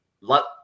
lot